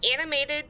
animated